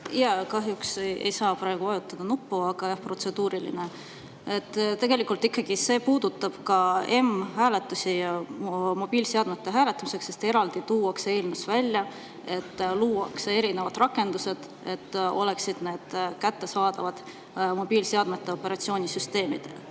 kahjuks ei saa praegu vajutada nuppu, aga jah, protseduuriline. Tegelikult ikkagi see puudutab ka m‑hääletust ja mobiilseadmetega hääletamist, sest eraldi tuuakse eelnõus välja, et luuakse erinevad rakendused, et need oleksid kättesaadavad mobiilseadmete operatsioonisüsteemidele.